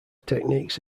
techniques